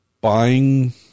buying